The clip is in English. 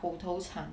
口头禅